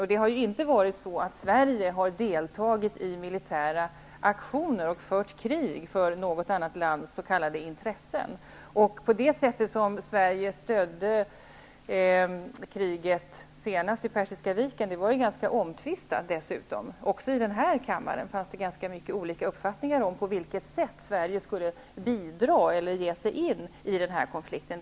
Sverige har inte deltagit i några militära aktioner eller fört krig för något annat lands s.k. intressen. Dessutom var Sveriges stöd när det gäller kriget i Persiska viken ganska omtvistat. Även i denna kammare fanns det många olika uppfattningar om på vilket sätt Sverige skulle ge sig in i den här konflikten.